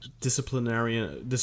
disciplinary